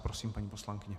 Prosím, paní poslankyně.